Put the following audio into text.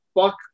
fuck